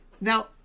Now